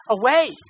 away